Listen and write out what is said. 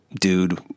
dude